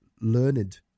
learned